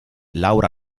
laura